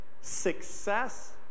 success